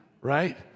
right